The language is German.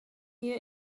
hier